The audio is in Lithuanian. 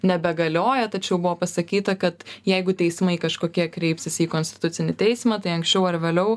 nebegalioja tačiau buvo pasakyta kad jeigu teismai kažkokie kreipsis į konstitucinį teismą tai anksčiau ar vėliau